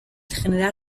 general